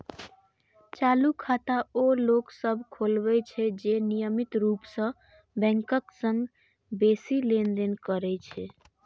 चालू खाता ओ लोक सभ खोलबै छै, जे नियमित रूप सं बैंकक संग बेसी लेनदेन करै छै